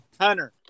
Hunter